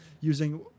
using